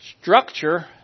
structure